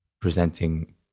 presenting